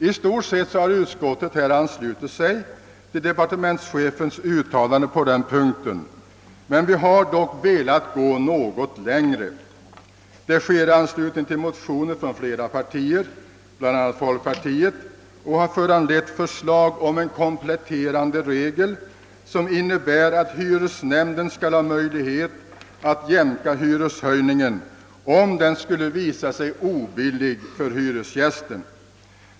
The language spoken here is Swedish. I stort sett har utskottet anslutit sig till departementschefens uttalande på den punkten, men vi har ändå velat gå något längre. Det har skett i anslutning till motioner från flera partier — bl.a. från folkpartiet — och har föranlett förslag om en kompletterande regel, som innebär att hyresnämnden skall ha möjligheter att jämka hyreshöjningen om den är obillig för hyresgästen.